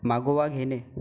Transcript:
मागोवा घेणे